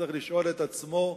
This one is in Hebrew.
יצטרך לשאול את עצמו,